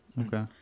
Okay